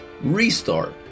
restart